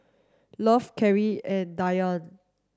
Love Caryl and Diann